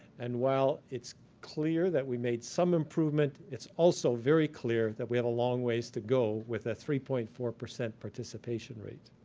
and while it's clear that we made some improvement, it's also very clear that we have a long ways to go with a three point four participation rate.